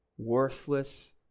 worthless